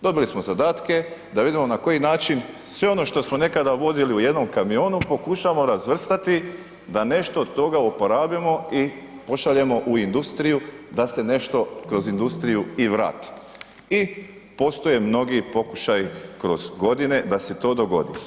Dobili smo zadatke da vidimo na koji način sve ono što smo nekada vodili u jednom kamionu, pokušamo razvrstati da nešto od toga uporabimo i pošaljemo u industriju da se nešto kroz industriju i vrati i postoje mnogi pokušaji kroz godine da se to dogodi.